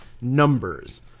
numbers